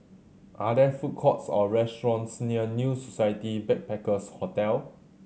are there food courts or restaurants near New Society Backpackers' Hotel